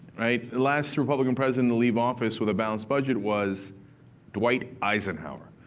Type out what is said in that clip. last republican president to leave office with a balanced budget was dwight eisenhower,